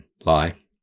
lie